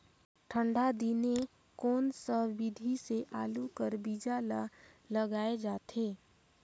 ठंडा दिने कोन सा विधि ले आलू कर बीजा ल लगाल जाथे?